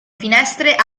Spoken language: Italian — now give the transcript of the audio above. finestre